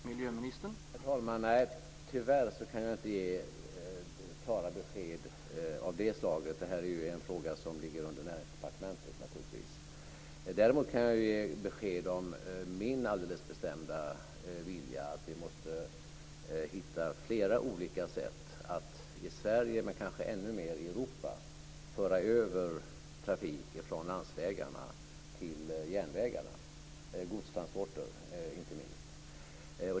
Herr talman! Nej, tyvärr kan jag inte ge klara besked av det slaget. Det här är ju en fråga som ligger under Näringsdepartementet. Däremot kan jag ge besked om min alldeles bestämda vilja att hitta flera olika sätt att i Sverige, men kanske ännu mer i Europa, föra över trafik från landsvägarna till järnvägarna, inte minst gäller det godstransporter.